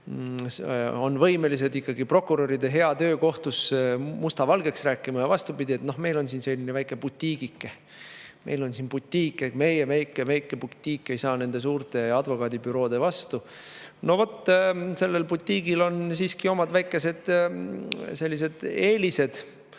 on võimelised prokuröride hea töö [kiuste] kohtus musta valgeks rääkima ja vastupidi, et meil on siin väike butiigike. Meil on butiik ja meie väike-väike butiik ei saa suurte advokaadibüroode vastu. No vot, sellel butiigil on siiski omad väikesed eelised